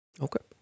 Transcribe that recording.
Okay